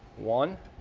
one,